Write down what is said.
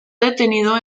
detenido